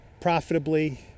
profitably